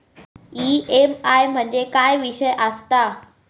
EMI म्हणजे काय विषय आसता?